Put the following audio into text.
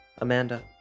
Amanda